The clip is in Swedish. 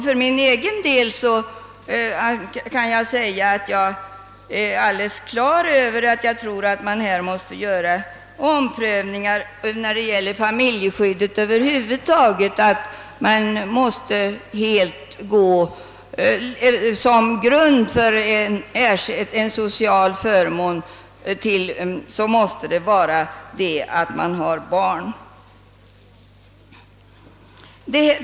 För egen del kan jag säga att jag är alldeles på det klara med att det måste ske en omprövning av familjeskyddet över huvud taget och att man måste göra en social förmån beroende av om vederbörande har barn.